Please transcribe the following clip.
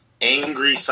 angry